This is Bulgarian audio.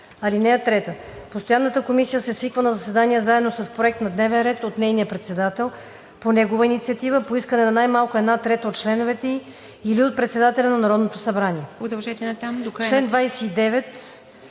от тях. (3) Постоянната комисия се свиква на заседание заедно с проект на дневен ред от нейния председател по негова инициатива, по искане най-малко на една трета от членовете й или от председателя на Народното събрание.“ По чл.